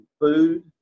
food